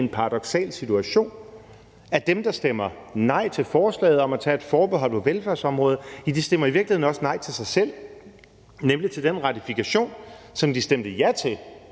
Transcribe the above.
i en paradoksal situation, at dem, der stemmer nej til forslaget om at tage et forbehold på velfærdsområdet, i virkeligheden også stemmer nej til sig selv, nemlig til den ratifikation, som de stemte ja til